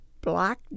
Black